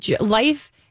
life